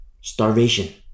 Starvation